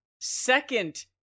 second